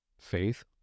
faith